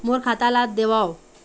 मोर खाता ला देवाव?